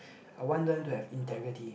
I want them to have integrity